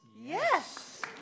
Yes